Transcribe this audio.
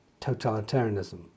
totalitarianism